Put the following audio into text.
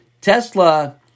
Tesla